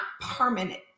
permanent